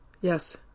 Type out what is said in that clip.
Yes